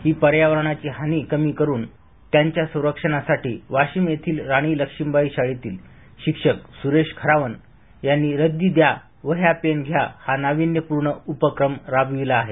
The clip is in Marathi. ही पर्यावरणाची हानी कमी करून त्याच्या संरक्षणा साठी वाशिम येथील राणी लक्ष्मीबाई शाळेतील शिक्षक सुरेश खरावन यांनी रद्दी द्या वद्या पेन घ्या हा नाविन्यपूर्ण उपक्रम राबविला आहे